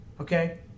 Okay